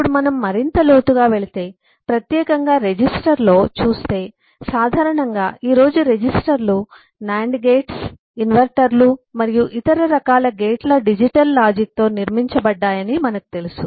ఇప్పుడు మనం మరింత లోతుగా వెళితే ప్రత్యేకంగా రిజిస్టర్లో చూస్తే సాధారణంగా ఈ రోజు రిజిస్టర్లు NAND గేట్స్ ఇన్వర్టర్లు మరియు ఇతర రకాల గేట్ల డిజిటల్ లాజిక్తో నిర్మించబడ్డాయని మనకు తెలుసు